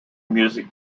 music